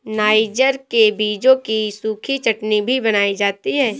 niger के बीजों की सूखी चटनी भी बनाई जाती है